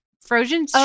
Frozen